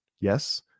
yes